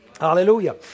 Hallelujah